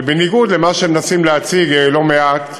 שבניגוד למה שמנסים להציג לא מעט,